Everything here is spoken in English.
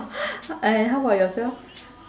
uh how about yourself